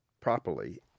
properly